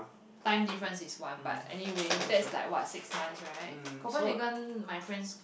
time difference is one but anyway that is like what six months right Copenhagen my friends